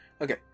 Okay